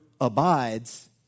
abides